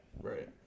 Right